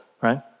right